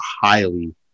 highly